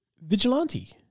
vigilante